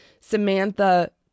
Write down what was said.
Samantha